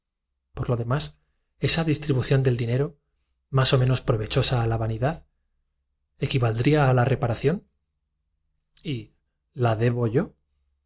por lo demás esa distribución del dinero más o i títulos publicados menos provechosa a la vanidad equivaldría a la reparación y la i debo yo